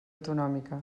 autonòmica